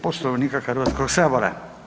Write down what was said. Poslovnika Hrvatskog sabora.